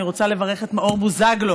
אני רוצה לברך את מאור בוזגלו,